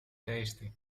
tasty